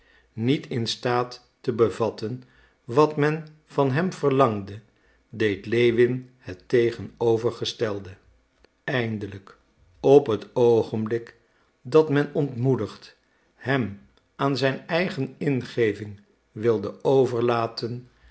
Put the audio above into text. niet in staat te bevatten wat men van hem verlangde deed lewin het tegenovergestelde eindelijk op het oogenblik dat men ontmoedigd hem aan zijn eigen ingeving wilde overlaten